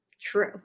True